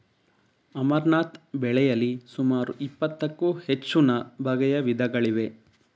amaranth ಬೆಳೆಯಲಿ ಸುಮಾರು ಇಪ್ಪತ್ತಕ್ಕೂ ಹೆಚ್ಚುನ ಬಗೆಯ ವಿಧಗಳಿವೆ